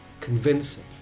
convincing